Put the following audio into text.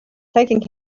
taking